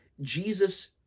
Jesus